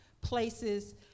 places